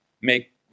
make